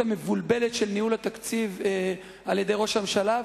המבולבלת של ניהול התקציב על-ידי ראש הממשלה,